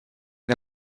der